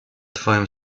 twoim